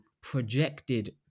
projected